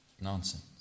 Nonsense